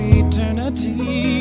eternity